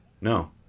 No